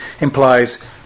implies